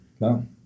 No